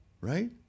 right